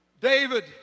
David